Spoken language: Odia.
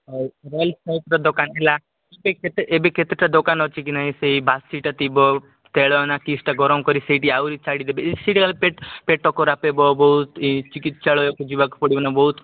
ହଉ ରହିଲି ର ଦୋକାନ ହେଲା ସିଏ କେତେ ଏବେ କେତେଟା ଦୋକାନ ଅଛି କି ନାହିଁ ସେଇ ବାସିଟା ଥିବ ଖେଳନା କିଛଟା ଗରମ କରି ସେଇଠି ଆହୁରି ଛାଡ଼ିଦେବେ ଏସିଡ଼ିକାଲ୍ ପେଟ ଖରାପ ହେବ ବହୁତ ଏଇ ଚିକିତ୍ସାଳୟକୁ ଯିବାକୁ ପଡ଼ିବ ନା ବହୁତ